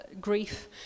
grief